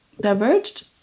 diverged